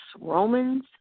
Romans